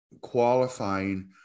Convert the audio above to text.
qualifying